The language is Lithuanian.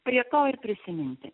prie to ir prisiminti